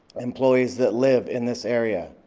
employees that live in this area.